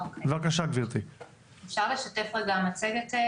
כן, אנחנו רוצים לשמוע מה יש לך